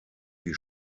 die